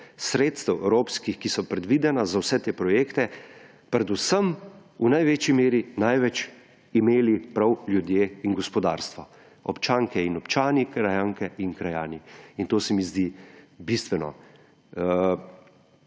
sredstev evropskih, ki so predvidena za vse te projekte, predvsem v največji meri največ imeli prav ljudje in gospodarstvo, občanke in občani, krajanke in krajani. In to se mi zdi bistveno.